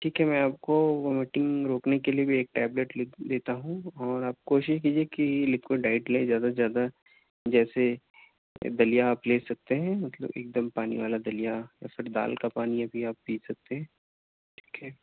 ٹھیک ہے میں آپ کو وومیٹنگ روکنے کے لیے بھی ایک ٹیبلیٹ لکھ دیتا ہوں اور آپ کوشش کیجیے کہ لیکوڈ ڈائٹ لیں زیادہ سے زیادہ جیسے دلیا آپ لے سکتے ہیں مطلب ایک دم پانی والا دلیا یا پھر دال کا پانی ابھی آپ پی سکتے ہیں ٹھیک ہے